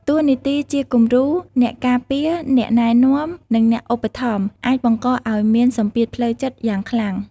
តួនាទីជាគំរូ អ្នកការពារ អ្នកណែនាំ និងអ្នកឧបត្ថម្ភ អាចបង្កឱ្យមាន សម្ពាធផ្លូវចិត្តយ៉ាងខ្លាំង។